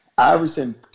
Iverson